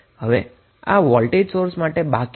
હવે આપણી પાસે વોલ્ટજ સોર્સ બાકી રહ્યો